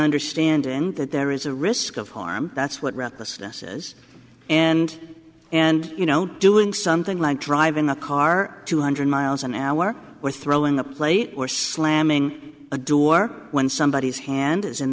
understanding that there is a risk of harm that's what recklessness is and and you know doing something like driving a car two hundred miles an hour or throwing a plate or slamming a door when somebody is hand is in